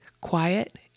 quiet